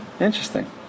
Interesting